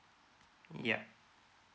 yup